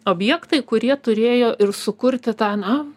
objektai kurie turėjo ir sukurti tą na